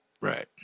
Right